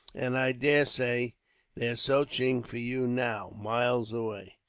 and i daresay they're searching for you now, miles away.